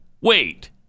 Wait